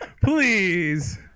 Please